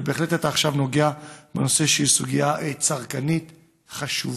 ובהחלט אתה עכשיו נוגע בסוגיה צרכנית חשובה,